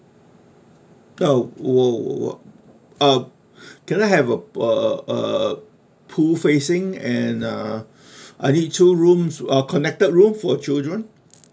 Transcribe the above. oh !whoa! uh can I have a a a a pool facing and uh I need two rooms uh connected room for children